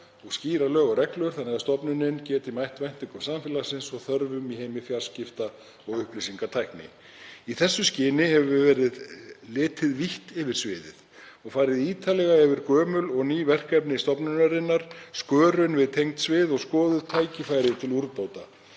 og skýra lög og reglur þannig að stofnunin geti mætt væntingum samfélagsins og þörfum í heimi fjarskipta- og upplýsingatækni. Í því skyni hefur verið litið vítt yfir sviðið og farið ítarlega yfir gömul og ný verkefni stofnunarinnar, skörun við tengd svið og skoðuð tækifæri til úrbóta.